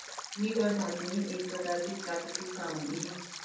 खनिज और धातुएं एक प्रकार की प्राकृतिक सामग्री हैं